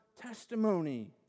testimony